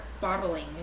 bottling